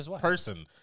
person